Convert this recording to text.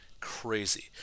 Crazy